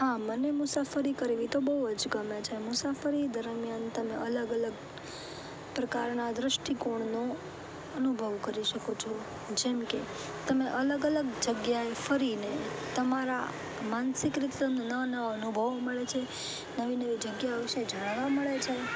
હા મને મુસાફરી કરવી તો બહુ જ ગમે છે મુસાફરી દરમિયાન તમે અલગ અલગ પ્રકારના દૃષ્ટિકોણનો અનુભવ કરી શકો છો જેમકે તમે અલગ અલગ જગ્યાએ ફરીને તમારા માનસીક રીતસરને નવા નવા અનુભવો મળે છે નવી નવી જગ્યાઓ વિશે જાણવા મળે છે